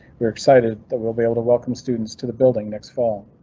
we're excited that we'll be able to welcome students to the building next fall.